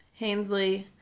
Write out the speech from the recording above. Hainsley